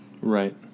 Right